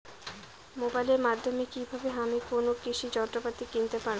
মোবাইলের মাধ্যমে কীভাবে আমি কোনো কৃষি যন্ত্রপাতি কিনতে পারবো?